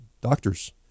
doctors